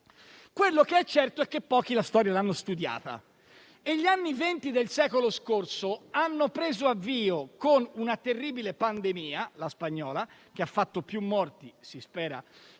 tre anni. È certo però che pochi la storia l'hanno studiata. Gli anni Venti del secolo scorso hanno preso avvio con una terribile pandemia, la spagnola, che ha fatto più morti - si spera